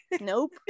nope